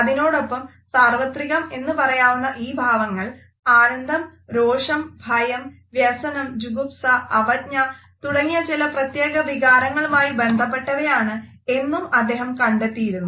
അതിനോടൊപ്പം സാർവത്രികം എന്ന് പറയാവുന്ന ഈ ഭാവങ്ങൾ ആനന്ദം രോഷം ഭയം വ്യസനം ജുഗുപ്സ അവജ്ഞ തുടങ്ങിയ ചില പ്രത്യേക വികാരങ്ങളുമായി ബന്ധപ്പെട്ടവയാണ് എന്നും അദ്ദേഹം കണ്ടെത്തിയിരുന്നു